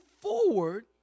forward